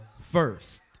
first